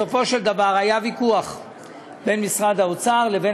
בסופו של דבר היה ויכוח בין משרד האוצר לבין